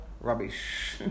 rubbish